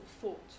thought